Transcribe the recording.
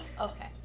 Okay